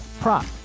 prop